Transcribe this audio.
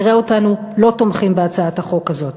נראה אותנו לא תומכים בהצעת החוק הזאת.